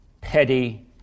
petty